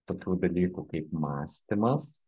tokių dalykų kaip mąstymas